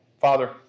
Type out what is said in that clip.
Father